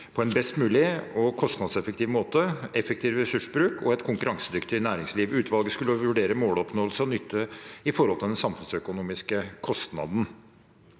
på en best mulig og kostnadseffektiv måte, med effektiv ressursbruk og et konkurransedyktig næringsliv. Utvalget skulle vurdere måloppnåelse og nytte i forhold til den samfunnsøkonomiske kostnaden.